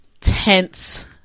tense